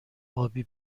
ابی